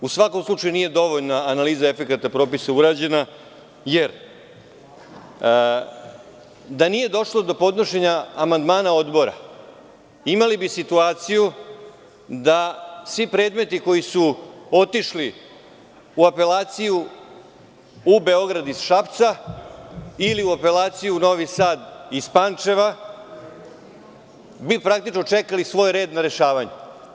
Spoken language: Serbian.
U svakom slučaju nije dovoljna analiza efekata propisa urađena jer, da nije došlo do podnošenja amandmana Odbora imali bi situaciju da svi predmeti koji su otišli u apelaciju u Beograd iz Šapca, ili u apelaciju u Novi Sad iz Pančeva, bi praktično čekali svoj red na rešavanju.